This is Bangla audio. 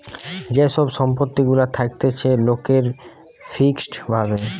যে সব সম্পত্তি গুলা থাকতিছে লোকের ফিক্সড ভাবে